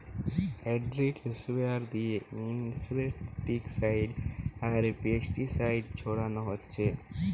hydraulic sprayer দিয়ে insecticide আর pesticide ছোড়ানা হচ্ছে